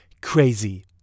crazy